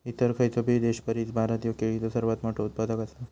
इतर खयचोबी देशापरिस भारत ह्यो केळीचो सर्वात मोठा उत्पादक आसा